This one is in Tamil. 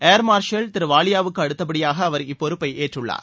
ஏர் மார்ஷல் திரு வாலியாவுக்கு அடுத்தப்படியாக அவர் இப்பொறுப்பை ஏற்றுள்ளார்